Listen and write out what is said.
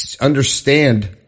understand